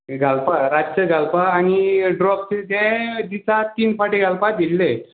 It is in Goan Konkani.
घालपा रातचें घालपा आनी ड्रॉप तें दिसात तीन फाटीं घालपाक दिल्ले